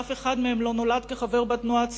ואף אחד מהם לא נולד כחבר בתנועה הציונית,